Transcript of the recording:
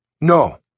No